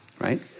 Right